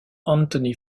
antony